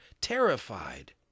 terrified